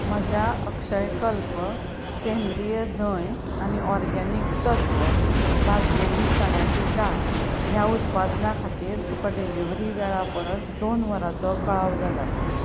म्हज्या अक्षयकल्प सेंद्रीय धंय आनी ऑर्गेनीक तत्व भाजलेली चण्याची दाळ ह्या उत्पादना खातीर तुका डॅलिवरी वेळा परस दोन वरांचो कळाव जाला